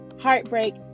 heartbreak